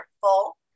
full